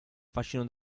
fascino